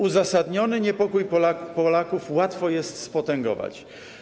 Uzasadniony niepokój Polaków łatwo jest spotęgować.